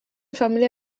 familia